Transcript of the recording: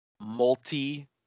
Multi